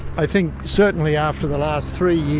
i think certainly after the last three